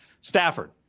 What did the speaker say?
Stafford